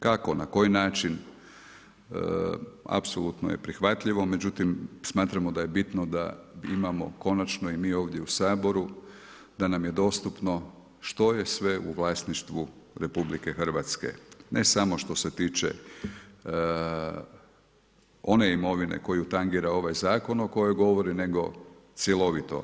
Kako, na koji način apsolutno je prihvatljivo, međutim smatramo da je bitno da imamo konačno i mi ovdje u Saboru da nam je dostupno što je sve u vlasništvu RH, ne samo što se tiče one imovine koju tangira ovaj zakon o kojem govori nego cjelovito.